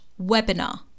webinar